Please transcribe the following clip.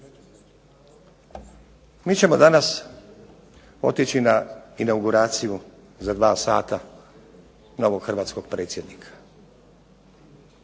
Mi ćemo danas otići na inauguraciju za dva sata novog hrvatskog predsjednika.